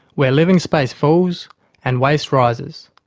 where living space falls and waste rises.